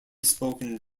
spoken